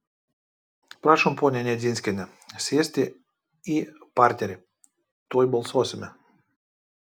prašom ponia nedzinskiene sėsti į parterį tuoj balsuosime